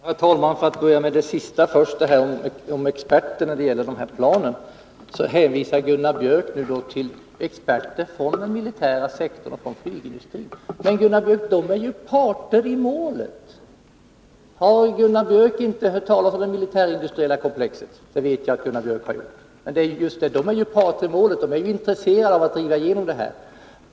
Herr talman! Låt mig börja med frågan om experter när det gäller de här planen. Där hänvisar nu Gunnar Björk i Gävle till experter från den militära sektorn och från flygindustrin. Men, Gunnar Björk, de är ju parter i målet. Har Gunnar Björk inte hört talas om det militärindustriella komplexet? De som Gunnar Björk nämnde är ju parter i målet och intresserade av att driva igenom det här projektet.